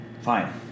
Fine